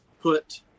put